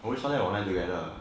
always saw them online together